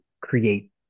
create